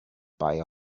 buy